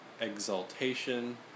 Exaltation